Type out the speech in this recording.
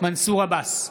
מנסור עבאס,